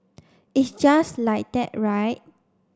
it's just like that right